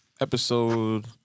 Episode